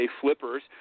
flippers